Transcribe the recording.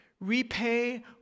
Repay